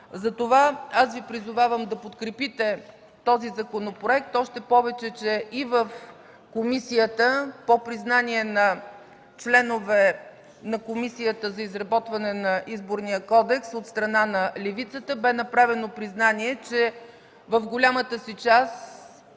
Затова Ви призовавам да подкрепите този законопроект, още повече че и в комисията от членове на Комисията за изработване на Изборния кодекс от страна на левицата бе направено признание, че в голямата си част